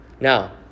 Now